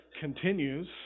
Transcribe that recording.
continues